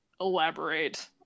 elaborate